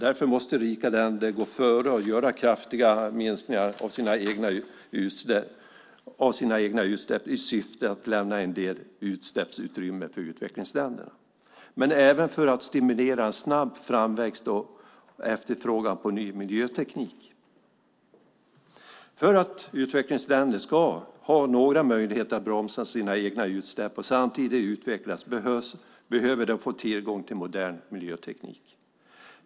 Därför måste rika länder gå före och göra kraftiga minskningar av sina egna utsläpp i syfte att lämna en del utsläppsutrymme för utvecklingsländerna, men även för att stimulera snabb framväxt och efterfrågan på ny miljöteknik. För att utvecklingsländer ska ha några möjligheter att bromsa sina egna utsläpp och samtidigt utvecklas behöver de få tillgång till modern miljöteknik.